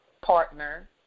Partner